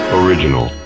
original